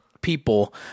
people